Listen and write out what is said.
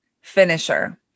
finisher